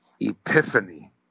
epiphany